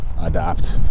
adapt